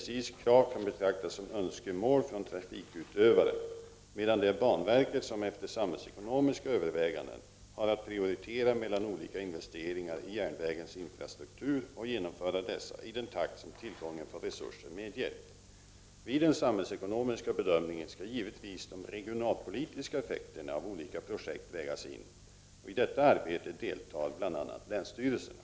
SJ:s krav kan betraktas som önskemål från trafikutövaren, medan det är banverket som, efter samhällsekonomiska överväganden, har att prioritera mellan olika investeringar i järnvägens infrastruktur och genomföra dessa i den takt som tillgången på resurser medger. Vid den sam hällsekonomiska bedömningen skall givetvis de regionalpolitiska effekterna Prot. 1989/90:34 av olika projekt vägas in. I detta arbete deltar bl.a. länsstyrelserna.